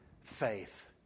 faith